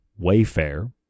Wayfair